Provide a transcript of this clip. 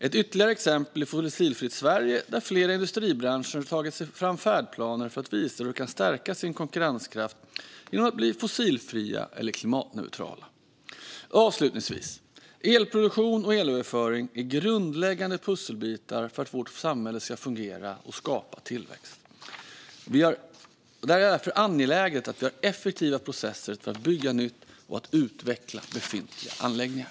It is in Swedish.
Ett ytterligare exempel är Fossilfritt Sverige där flera industribranscher tagit fram färdplaner för att visa hur de kan stärka sin konkurrenskraft genom att bli fossilfria eller klimatneutrala. Avslutningsvis: Elproduktion och elöverföring är grundläggande pusselbitar för att vårt samhälle ska fungera och skapa tillväxt. Det är därför angeläget att vi har effektiva processer för att bygga nytt och utveckla befintliga anläggningar.